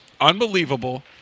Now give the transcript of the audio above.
unbelievable